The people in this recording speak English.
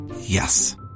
Yes